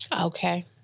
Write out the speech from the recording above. Okay